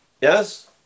Yes